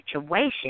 situation